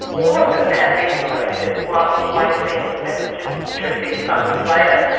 all of them have been implemented or are on the way to being implemented, which is interesting, some years later.